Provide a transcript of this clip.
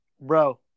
Bro